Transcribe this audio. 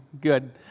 good